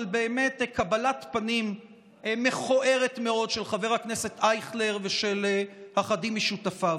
אבל באמת קבלת פנים מכוערת מאוד של חבר הכנסת אייכלר ושל אחדים משותפיו.